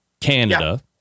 Canada